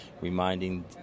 reminding